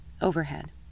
overhead